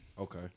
Okay